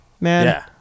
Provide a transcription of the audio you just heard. Man